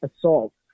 assault